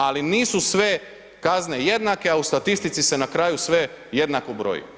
Ali nisu sve kazne jednake, a u statistici se na kraju sve jednako broji.